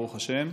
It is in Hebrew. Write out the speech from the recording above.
ברוך השם,